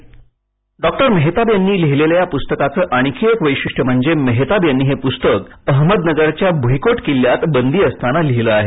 ध्वनी डॉक्टर मेहताब यांनी लिहिलेल्या या पुस्तकाचं आणखी एक वैशिष्ट्य म्हणजे मेहताब यांनी हे पुस्तक अहमदनगरच्या भुईकोट किल्ल्यात बंदी असताना लिहिलं आहे